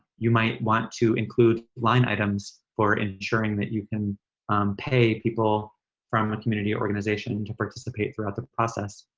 you might want to include line items for ensuring that you can pay people from a community organization and to participate throughout the process,